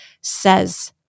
says